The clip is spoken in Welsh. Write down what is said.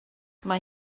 mae